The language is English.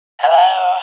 Hello